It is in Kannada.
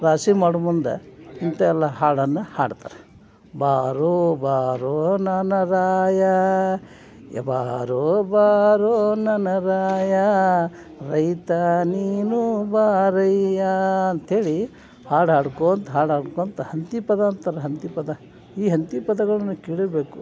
ರಾಶಿ ಮಾಡುವ ಮುಂದೆ ಇಂಥ ಎಲ್ಲ ಹಾಡನ್ನು ಹಾಡ್ತಾರೆ ಬಾರೋ ಬಾರೋ ನನ್ನ ರಾಯಾ ಏ ಬಾರೋ ಬಾರೋ ನನ್ನ ರಾಯಾ ರೈತ ನೀನು ಬಾರಯ್ಯಾ ಅಂತ್ಹೇಳಿ ಹಾಡು ಹಾಡ್ಕೋಂತ ಹಾಡು ಹಾಡ್ಕೊತ ಹಂತಿ ಪದ ಅಂತಾರ ಹಂತಿ ಪದ ಈ ಹಂತಿ ಪದಗಳನ್ನು ಕೇಳಿರಬೇಕು